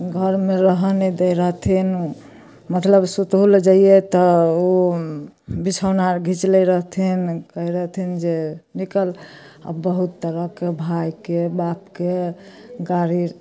घरमे रहऽ नहि दै रहथिन मतलब सुतहो लए जइयै तऽ ओ बिछौना अर घीच लै रहथिन कहय रहथिन जे निकल आओर बहुत तरहके भायके बापके गारि